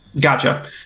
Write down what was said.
Gotcha